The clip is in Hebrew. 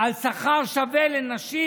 על שכר שווה לנשים,